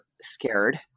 scared